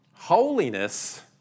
Holiness